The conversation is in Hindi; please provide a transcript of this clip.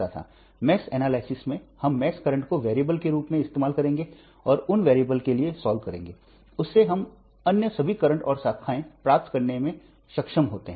मेश एनालिसिस में हम मेश करंट को वेरिएबल के रूप में इस्तेमाल करेंगे और उन वेरिएबल्स के लिए सॉल्व करेंगे उससे हम अन्य सभी करंट और शाखाएँ प्राप्त करने में सक्षम होते हैं